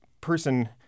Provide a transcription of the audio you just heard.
person